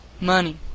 Money